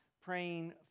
praying